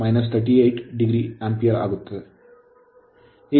9 angle 38 o Ampere ಆಗುತ್ತದೆ